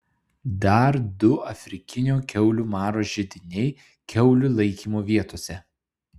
dar du afrikinio kiaulių maro židiniai kiaulių laikymo vietose